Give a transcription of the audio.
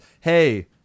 Hey